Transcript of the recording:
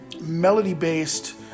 melody-based